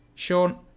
Sean